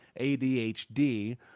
ADHD